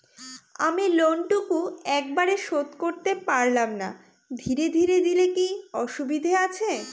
আমি লোনটুকু একবারে শোধ করতে পেলাম না ধীরে ধীরে দিলে কি অসুবিধে আছে?